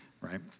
right